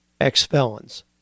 ex-felons